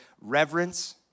Reverence